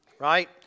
Right